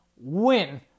win